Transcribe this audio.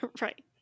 right